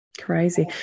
Crazy